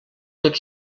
tot